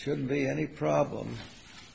shouldn't be any problem